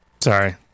Sorry